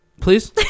please